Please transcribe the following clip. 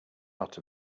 lot